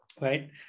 right